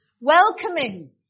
Welcoming